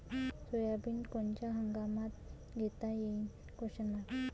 Soybean कोनच्या हंगामात घेता येईन?